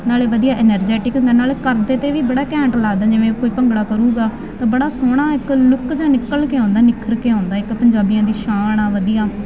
ਨਾਲੇ ਵਧੀਆ ਐਨਰਜੈਟਿਕ ਹੁੰਦਾ ਨਾਲੇ ਕਰਦੇ ਤੇ ਵੀ ਬੜਾ ਘੈਂਟ ਲਾ ਜਿਵੇਂ ਕੋਈ ਭੰਗੜਾ ਕਰੂਗਾ ਤਾਂ ਬੜਾ ਸੋਹਣਾ ਇੱਕ ਲੁੱਕ ਜਿਹਾ ਨਿਕਲ ਕੇ ਆਉਂਦਾ ਨਿੱਖਰ ਕੇ ਆਉਂਦਾ ਇੱਕ ਪੰਜਾਬੀਆਂ ਦੀ